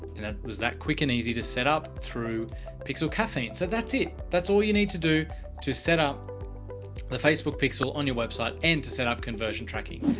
and that was that quick and easy to set up through pixel caffeine. so that's it. that's all you need to do to set up the facebook pixel on your website and to set up conversion tracking.